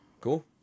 Cool